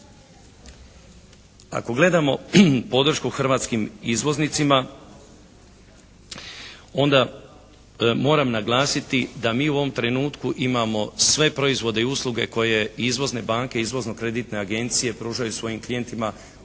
Ako gledamo podršku hrvatskim izvoznicima onda moram naglasiti da mi u ovom trenutku imamo sve proizvode i usluge koje izvozne banke i izvozno-kreditne agencije pružaju svojim klijentima u